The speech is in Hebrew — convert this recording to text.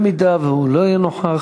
אם הוא לא יהיה נוכח,